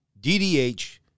DDH